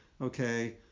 okay